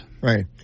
Right